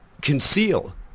conceal